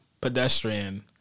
Pedestrian